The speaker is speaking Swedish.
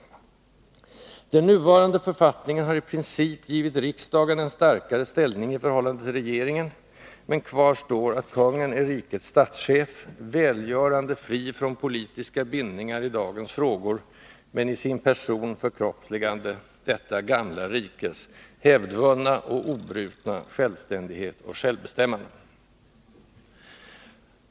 Den nuvarande författningen har i princip givit riksdagen en starkare ställning i förhållande till regeringen, men kvar står att kungen är rikets statschef, välgörande fri från politiska bindningar i dagens frågor men i sin person förkroppsligande detta gamla rikes hävdvunna och obrutna självständighet och självbestämmande.